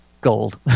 gold